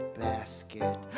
basket